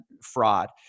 Fraud